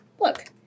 look